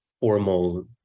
formal